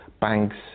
banks